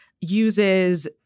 uses